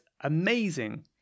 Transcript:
amazing